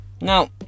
Now